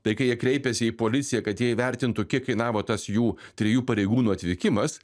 tai kai jie kreipėsi į policiją kad jie įvertintų kiek kainavo tas jų trijų pareigūnų atvykimas